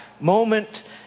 moment